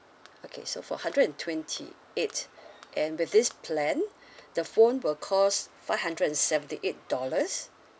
okay so for hundred and twenty eight and with this plan the phone will cost five hundred and seventy eight dollars